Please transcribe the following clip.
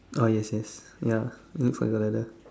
ah yes yes ya wait for your ladder